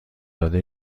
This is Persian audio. داده